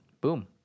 boom